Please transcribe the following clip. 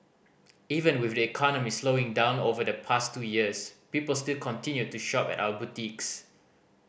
even with the economy slowing down over the past two years people still continued to shop at our boutiques